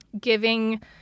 giving